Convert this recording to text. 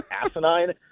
asinine